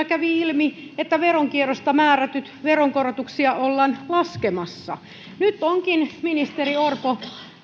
kävi ilmi että veronkierrosta määrättyjä veronkorotuksia ollaan laskemassa nyt onkin ministeri orpo